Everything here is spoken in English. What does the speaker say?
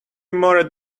more